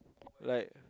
like